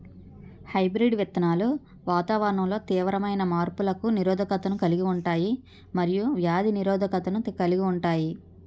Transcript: hybrid విత్తనాలు వాతావరణంలో తీవ్రమైన మార్పులకు నిరోధకతను కలిగి ఉంటాయి మరియు వ్యాధి నిరోధకతను కలిగి ఉంటాయి